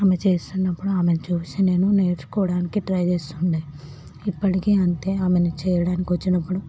ఆమె చేస్తున్నప్పుడు ఆమెను చూసి నేను నేర్చుకోవడానికి ట్రై చేస్తుండే ఇప్పటికీ అంతే ఆమెని చేయడానికి వచ్చినప్పుడు